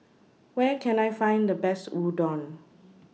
Where Can I Find The Best Udon